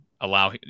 allow